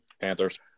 Panthers